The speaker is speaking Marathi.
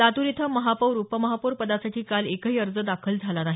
लातूर इथं महापौर उपमहापौर पदासाठी काल एकही अर्ज दाखल झाली नाही